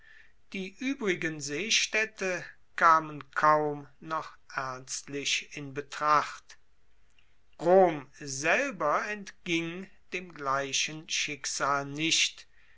die uebrigen seestaedte kamen kaum noch ernstlich in betracht rom selber entging dem gleichen schicksal nicht